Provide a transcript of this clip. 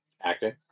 Acting